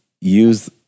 use